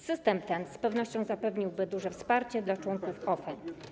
System ten z pewnością zapewniłby duże wsparcie członkom OFE.